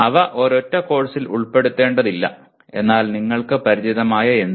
അവ ഒരൊറ്റ കോഴ്സിൽ ഉൾപ്പെടേണ്ടതില്ല എന്നാൽ നിങ്ങൾക്ക് പരിചിതമായ എന്തും